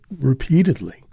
repeatedly